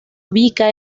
ubica